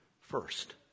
first